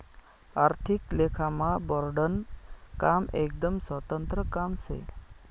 आर्थिक लेखामा बोर्डनं काम एकदम स्वतंत्र काम शे